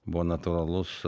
buvo natūralus